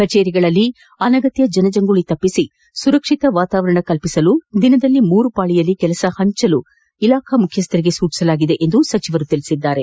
ಕಭೇರಿಗಳಲ್ಲಿ ಅನಗತ್ಯ ಜನಜಂಗುಳಿ ತಪ್ಪಿಸಿ ಸುರಕ್ಷಿತ ವಾತಾವರಣ ಕಲ್ಪಿಸಲು ದಿನದಲ್ಲಿ ಮೂರು ಪಾಳಿಯಲ್ಲಿ ಕೆಲಸ ಹಂಚಲು ಇಲಾಖಾ ಮುಖ್ಯಸ್ಥರಿಗೆ ಸೂಚಿಸಲಾಗಿದೆ ಎಂದು ಸಚಿವರು ತಿಳಿಸಿದ್ದಾರೆ